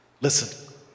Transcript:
Listen